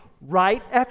right